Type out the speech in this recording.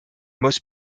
must